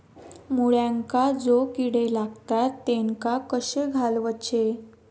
मुळ्यांका जो किडे लागतात तेनका कशे घालवचे?